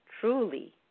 truly